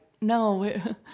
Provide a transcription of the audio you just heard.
no